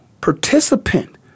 participant